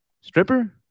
stripper